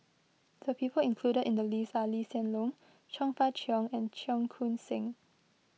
the people included in the list are Lee Hsien Loong Chong Fah Cheong and Cheong Koon Seng